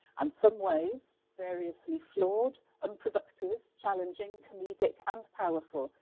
and some ways, variously flawed and productive, challenging, comedic and powerful,